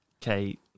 Kate